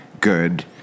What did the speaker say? good